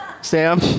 Sam